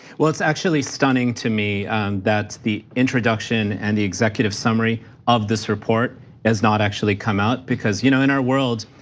well, it's actually stunning to me and that the introduction and the executive summary of this report have not actually come out, because, you know in our world,